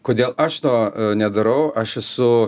kodėl aš to nedarau aš esu